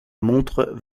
montre